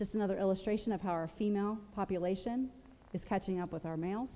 just another illustration of how our female population is catching up with our ma